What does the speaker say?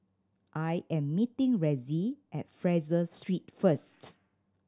I am meeting Ressie at Fraser Street first